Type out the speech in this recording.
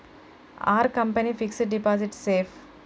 Are company fixed deposit safe?